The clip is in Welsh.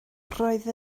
roedd